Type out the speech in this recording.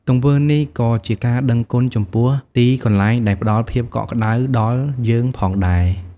ទង្វើនេះក៏ជាការដឹងគុណចំពោះទីកន្លែងដែលផ្តល់ភាពកក់ក្តៅដល់យើងផងដែរ។